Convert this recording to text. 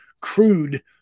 crude